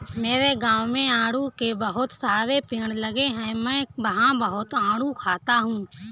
मेरे गाँव में आड़ू के बहुत सारे पेड़ लगे हैं मैं वहां बहुत आडू खाता हूँ